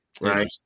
Right